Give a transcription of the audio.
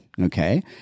okay